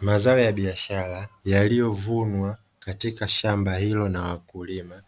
Mazao ya biashara yaliyovunwa katika shamba hilo na wakulima